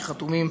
שחתומים,